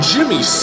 Jimmy